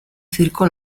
circo